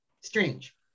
strange